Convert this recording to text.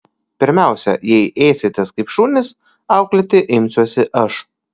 pirmiausia jei ėsitės kaip šunys auklėti imsiuosi aš